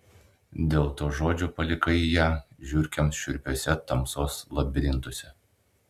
dėl to žodžio palikai ją žiurkėms šiurpiuose tamsos labirintuose